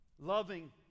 Loving